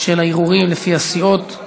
של הערעורים לפי הסיעות.